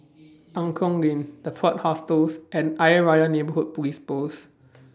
Angklong Lane The Plot Hostels and Ayer Rajah Neighbourhood Police Post